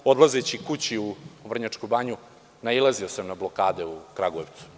Odlazeći kući, u Vrnjačku Banju, nailazio sam na blokade u Kragujevcu.